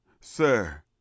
Sir